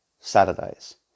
Saturdays